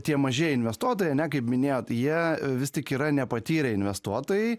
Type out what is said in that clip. tie mažieji investuotojai ane kaip minėjot jie vis tik yra nepatyrę investuotojai